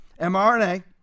mrna